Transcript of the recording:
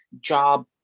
job